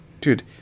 dude